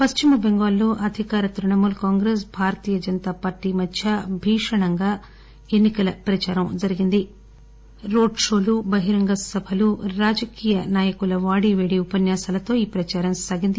పశ్చిమబెంగాల్లో అధికార తృణమూల్ కాంగ్రెస్ భారతీయ జనతా పార్టీ మధ్య భీషణంగా పోటీలతో ప్రచారం జరిగింది రోడ్ షోలు బహిరంగ సభలు రాజకీయ నాయకుల వాడి పేడి ఉపన్యాసాలతో ఈ ప్రచారం సాగింది